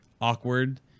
awkward